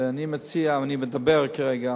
ואני מציע, אני מדבר כרגע